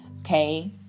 okay